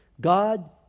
God